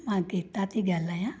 मां गीता थी ॻाल्हायां